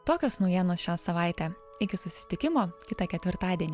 tokios naujienos šią savaitę iki susitikimo kitą ketvirtadienį